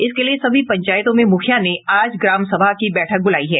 इसके लिये सभी पंचायतों में मुखिया ने आज ग्राम सभा की बैठक बुलायी है